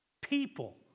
People